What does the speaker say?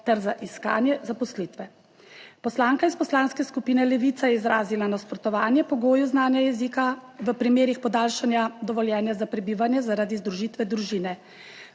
ter za iskanje zaposlitve. Poslanka iz Poslanske skupine Levica je izrazila nasprotovanje pogoju znanja jezika v primerih podaljšanja dovoljenja za prebivanje zaradi združitve družine.